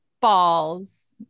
balls